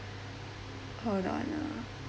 hold on